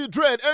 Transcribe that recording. Dread